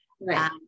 Right